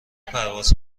پرواز